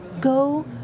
go